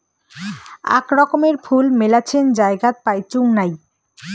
আক রকমের ফুল মেলাছেন জায়গাত পাইচুঙ নাই